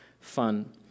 fun